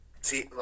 See